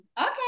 okay